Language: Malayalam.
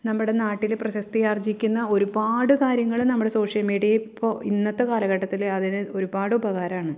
നമ്മടെ നാട്ടില് പ്രശസ്തി ആർജ്ജിക്കുന്ന ഒരുപാട് കാര്യങ്ങള് നമ്മള് സോഷ്യൽ മീഡിയയിൽ ഇപ്പോള് ഇന്നത്തെ കാലഘട്ടത്തില് അതിന് ഒരുപാട് ഉപകാരമാണ്